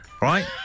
Right